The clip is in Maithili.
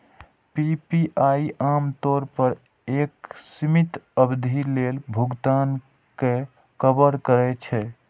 पी.पी.आई आम तौर पर एक सीमित अवधि लेल भुगतान कें कवर करै छै